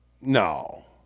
No